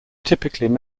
typically